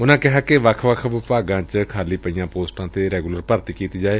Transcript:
ਉਨੂਾ ਕਿਹਾ ਕਿ ਵੱਖ ਵੱਖ ਵਿਭਾਗਾਂ ਚ ਖਾਲੀ ਪਈਆਂ ਪੋਸਟਾਂ ਤੇ ਰੈਗੂਲਰ ਭਰਤੀ ਕੀਤੀ ਜਾਏ